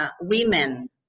Women